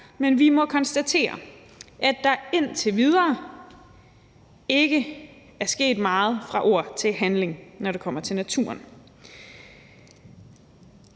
men vi må konstatere, at der indtil videre ikke er sket meget fra ord til handling, når det kommer til naturen.